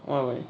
what about you